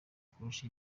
kurusha